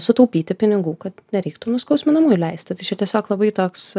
sutaupyti pinigų kad nereiktų nuskausminamųjų leisti tai čia tiesiog labai toks